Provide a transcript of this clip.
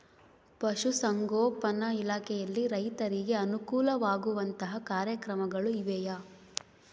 ಪಶುಸಂಗೋಪನಾ ಇಲಾಖೆಯಲ್ಲಿ ರೈತರಿಗೆ ಅನುಕೂಲ ಆಗುವಂತಹ ಕಾರ್ಯಕ್ರಮಗಳು ಇವೆಯಾ?